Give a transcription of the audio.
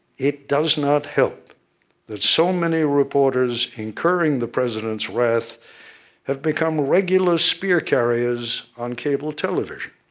it does not help that so many reporters incurring the president's wrath have become regular spear carriers on cable television.